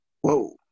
Whoa